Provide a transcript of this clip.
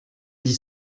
dis